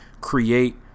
create